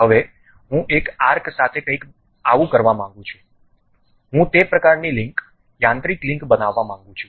હવે હું એક આર્ક સાથે કંઈક આવું કરવા માંગુ છું હું તે પ્રકારની લિંક યાંત્રિક લિંક બનાવવા માંગું છું